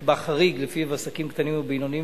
נקבע חריג ולפיו עסקים קטנים ובינוניים